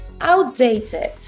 outdated